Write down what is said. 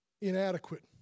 inadequate